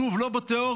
שוב, לא בתיאוריה.